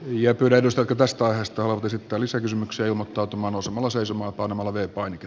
ja pudotusta tästä ajasta on esittää lisäkysymyksiä ilmottautumaan usan laseissa on arvoisa puhemies